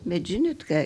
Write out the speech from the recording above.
bet žinot ką